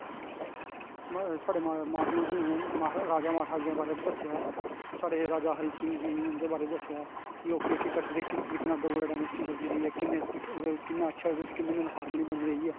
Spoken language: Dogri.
साढ़े मां प्यो ने स्हानू राजा महाराजे दे बारे च दस्सेआ ऐ साढ़े महाराजा हरी सिंह जी उंन्दे बारे च दस्सेआ ऐ कि ओह् केह् केह् करदे रेह् किस तरीके कन्नै डोगरा डायनेस्टी चलदी रेही ऐ किस तरिके उनें किन्ना अच्छा ओहदे च कम्यूनल हाॅरमोनी बनी रेही ऐ